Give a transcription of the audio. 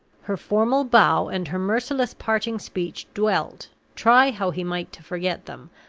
her formal bow and her merciless parting speech dwelt, try how he might to forget them,